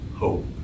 hope